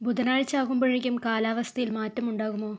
ബുധനാഴ്ച ആകുമ്പോഴേക്കും കാലാവസ്ഥയിൽ മാറ്റം ഉണ്ടാകുമോ